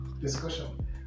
discussion